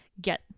get